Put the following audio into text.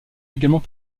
également